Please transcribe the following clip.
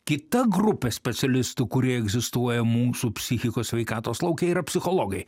kita grupė specialistų kurie egzistuoja mūsų psichikos sveikatos lauke yra psichologai